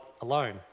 alone